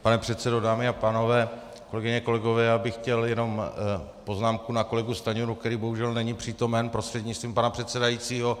Pane předsedo, dámy a pánové, kolegyně, kolegové, já bych chtěl jenom poznámku na kolegu Stanjuru, který bohužel není přítomen, prostřednictvím pana předsedajícího.